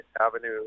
Avenue